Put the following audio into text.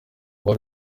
vuba